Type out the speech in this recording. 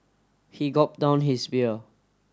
he gulped down his beer